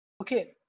Okay